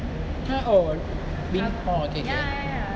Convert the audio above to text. !huh! all oh being oh okay K